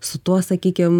su tuo sakykim